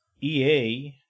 EA